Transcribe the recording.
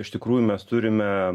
iš tikrųjų mes turime